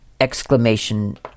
exclamation